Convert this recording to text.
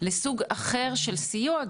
לסוג אחר של סיוע,